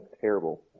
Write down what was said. terrible